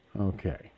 Okay